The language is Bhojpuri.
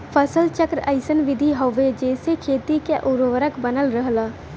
फसल चक्र अइसन विधि हउवे जेसे खेती क उर्वरक बनल रहला